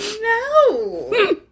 No